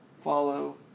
Follow